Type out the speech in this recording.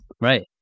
Right